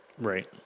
Right